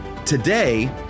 Today